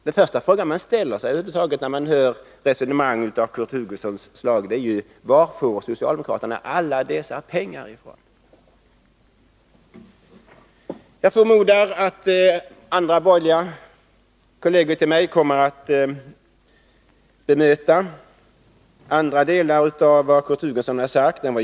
Den första frågan man över huvud taget ställer sig när man hör resonemang av det slag som Kurt Hugosson för är: Var får socialdemokraterna alla dessa pengar ifrån? Jag förmodar att borgerliga kolleger till mig kommer att bemöta andra delar av vad Kurt Hugosson har sagt.